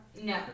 No